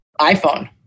iPhone